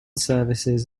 services